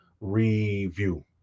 review